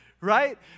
right